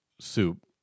soup